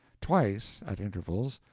twice, at intervals,